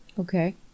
Okay